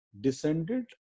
descended